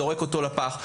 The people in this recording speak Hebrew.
זורק אותו לפח.